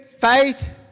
faith